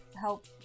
help